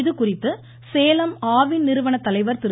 இதுகுறித்து சேலம் ஆவின் நிறுவன தலைவர் திரு